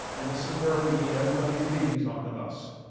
and this is where we need everybody to be who is on the bus.